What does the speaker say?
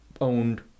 owned